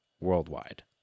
worldwide